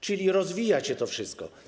Czyli rozwija się to wszystko.